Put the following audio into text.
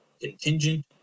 contingent